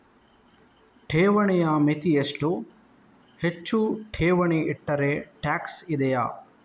ಠೇವಣಿಯ ಮಿತಿ ಎಷ್ಟು, ಹೆಚ್ಚು ಠೇವಣಿ ಇಟ್ಟರೆ ಟ್ಯಾಕ್ಸ್ ಇದೆಯಾ?